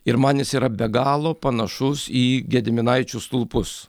ir man jis yra be galo panašus į gediminaičių stulpus